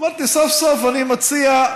אמרתי: סוף-סוף אני מציע,